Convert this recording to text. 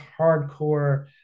hardcore